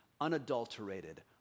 unadulterated